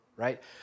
right